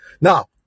Now